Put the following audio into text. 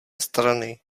strany